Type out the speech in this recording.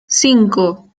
cinco